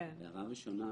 התשלום,